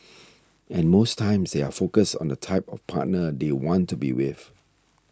and most times they are focused on the type of partner they want to be with